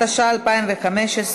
התשע"ה 2015,